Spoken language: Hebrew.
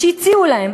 שהציעו להם,